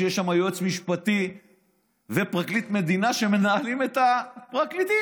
כשיש שם יועץ משפטי ופרקליט מדינה שמנהלים את הפרקליטים,